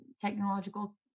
technological